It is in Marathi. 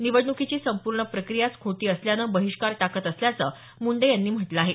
निवडणुकीची संपूर्ण प्रक्रियाच खोटी असल्यानं बहीष्कार टाकत असल्याचं मुंडे यांनी म्हटलं आहे